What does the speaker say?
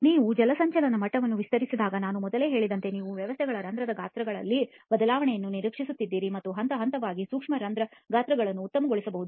ನೀವು ಜಲಸಂಚಯನ ಮಟ್ಟವನ್ನು ವಿಸ್ತರಿಸಿದಾಗ ನಾನು ಮೊದಲೇ ಹೇಳಿದಂತೆ ನೀವು ವ್ಯವಸ್ಥೆಗಳ ರಂಧ್ರದ ಗಾತ್ರಗಳಲ್ಲಿ ಬದಲಾವಣೆಯನ್ನು ನಿರೀಕ್ಷಿಸುತ್ತಿದ್ದೀರಿ ಮತ್ತು ಹಂತಹಂತವಾಗಿ ಸೂಕ್ಷ್ಮ ರಂಧ್ರ ಗಾತ್ರಗಳನ್ನು ಉತ್ತಮಗೊಳಿಸಬಹುದು